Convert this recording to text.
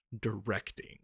directing